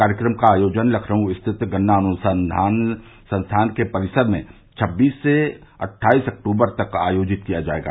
कार्यक्रम का आयोजन लखनऊ स्थित गन्ना अनुसंधान संस्थान के परिसर में छबीस से अट्ठाईस अक्टूबर तक आयोजित किया जायेगा